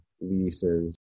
leases